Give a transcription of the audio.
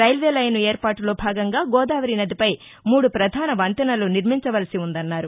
railway line ఏర్పాటులో భాగంగా గోదావరి నదిపై మూడు ప్రధాన వంతెనలు నిర్శించవలసి వుందన్నారు